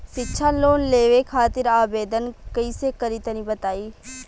शिक्षा लोन लेवे खातिर आवेदन कइसे करि तनि बताई?